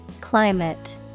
Climate